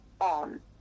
on